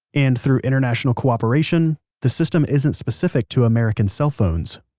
and through international cooperation, the system isn't specific to american cell phones